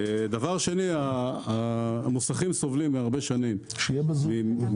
דבר שני, המוסכים סובלים הרבה שנים מכך